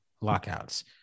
lockouts